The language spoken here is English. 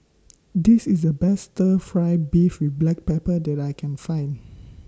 This IS The Best Stir Fry Beef with Black Pepper that I Can Find